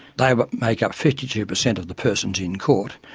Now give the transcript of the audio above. they but make up fifty two percent of the persons in court,